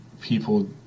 people